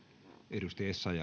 arvoisa